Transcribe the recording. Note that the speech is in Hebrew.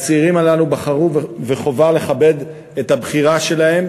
הצעירים האלה בחרו, וחובה לכבד את הבחירה שלהם,